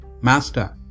Master